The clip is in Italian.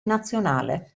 nazionale